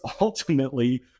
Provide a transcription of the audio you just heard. ultimately